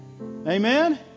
Amen